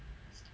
mm